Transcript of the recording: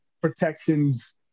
protections